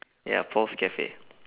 ya paul's cafe